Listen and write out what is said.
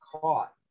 caught